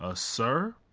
ah sir,